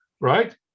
right